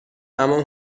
اما